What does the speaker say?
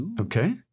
Okay